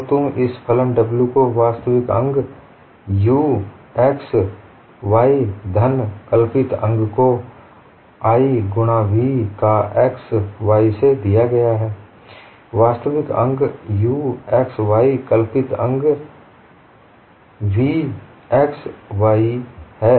तो तुम इस फलन w को वास्तविक अंग u x y धन कल्पित अंग को i गुणा v का x y से दिया है वास्तविक अंग u x y कल्पित अंग v x y है